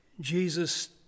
Jesus